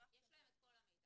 יש להם את כל המידע.